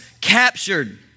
captured